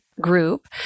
group